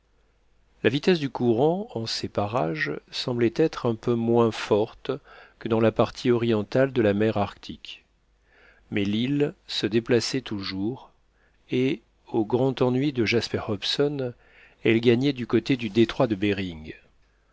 la vitesse du courant en ces parages semblait être un peu moins forte que dans la partie orientale de la mer arctique mais l'île se déplaçait toujours et au grand ennui de jasper hobson elle gagnait du côté du détroit de behring